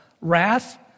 Wrath